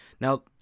Now